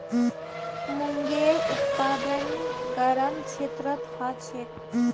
मूंगेर उत्पादन गरम क्षेत्रत ह छेक